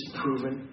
proven